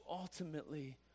ultimately